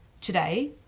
Today